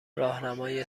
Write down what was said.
راهنمای